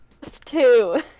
Two